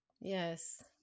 yes